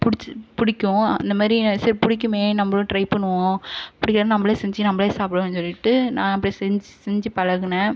புடுச் பிடிக்கும் அந்தமாதிரி செர் பிடிக்குமே நம்மளும் ட்ரை பண்ணுவோம் அப்படியே நம்பளே செஞ்சு நம்பளே சாப்பிடுவோம் சொல்லிவிட்டு நான் அப்புறம் செஞ்சு செஞ்சு பழகினேன்